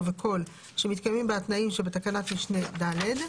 וקול שמתקיימים בה התנאים שבתקנת משנה (ד).